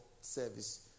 service